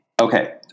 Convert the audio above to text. Okay